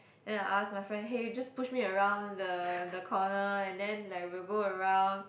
then I will ask my friend hey you just push me around the the corner and then like we will go around